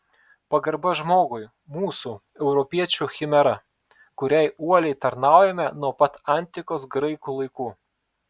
pagarba žmogui mūsų europiečių chimera kuriai uoliai tarnaujame nuo pat antikos graikų laikų